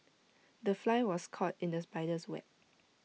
the fly was caught in the spider's web